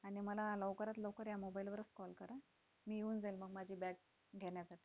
आणि मला लवकरात लवकर ह्या मोबाईलवरच कॉल करा मी येऊन जाईल मग माझी बॅग घेण्यासाठी